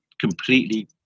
completely